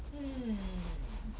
hmm